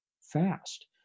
fast